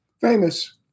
Famous